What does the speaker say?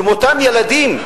ומאותם ילדים,